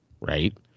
right